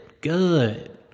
Good